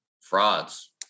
frauds